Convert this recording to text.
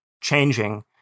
changing